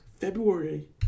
February